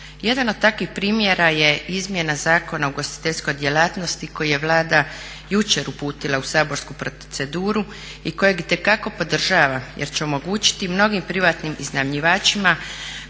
Jedan od takvih primjera je izmjena Zakona o ugostiteljskoj djelatnosti koji je Vlada jučer uputila u saborsku proceduru i kojeg itekako podržavam jer će omogućiti mnogim privatnim iznajmljivačima